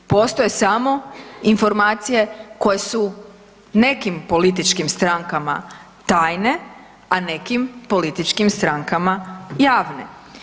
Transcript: Postoje samo informacije koje su nekim političkim strankama tajne, a nekim političkim strankama javne.